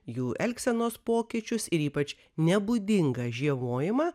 jų elgsenos pokyčius ir ypač nebūdingą žiemojimą